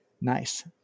nice